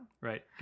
Right